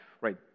Right